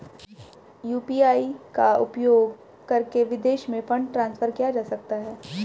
UPI का उपयोग करके विदेशों में फंड ट्रांसफर किया जा सकता है?